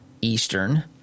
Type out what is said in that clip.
Eastern